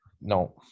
No